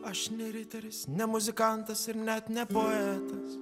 aš ne riteris ne muzikantas ir net ne poetas